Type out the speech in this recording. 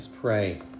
pray